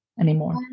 anymore